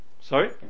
Sorry